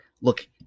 Look